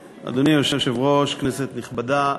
היושב-ראש, כנסת נכבדה,